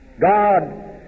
God